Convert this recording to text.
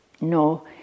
No